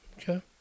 okay